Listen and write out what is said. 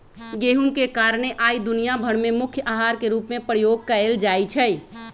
गेहूम के कारणे आइ दुनिया भर में मुख्य अहार के रूप में प्रयोग कएल जाइ छइ